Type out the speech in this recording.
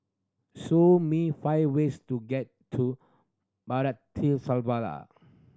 show me five ways to get to